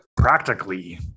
practically